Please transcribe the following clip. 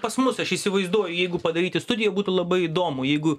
pas mus aš įsivaizduoju jeigu padaryti studiją būtų labai įdomu jeigu